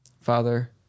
Father